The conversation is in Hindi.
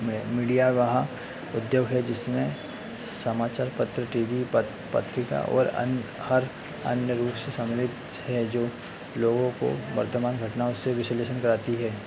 में मीडिया वह उद्योग है जिसमें समाचार पत्र टी वी पत पत्रिका और अन्य हर अन्य रूप से सम्मिलित है जो लोगों को वर्तमान घटनाओं से विश्लेषण कराती है